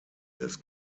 des